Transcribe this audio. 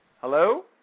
Hello